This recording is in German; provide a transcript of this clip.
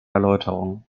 erläuterung